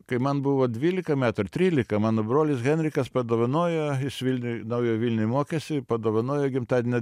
kai man buvo dvylika metų ar trylika mano brolis henrikas padovanojo vilniuj naujoj vilnioj mokėsi padovanojo gimtadienio